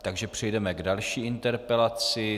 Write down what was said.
Takže přejdeme k další interpelaci.